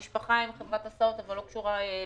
למשפחתי חברת הסעות אבל בלי קשר לתיירות.